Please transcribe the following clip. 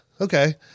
okay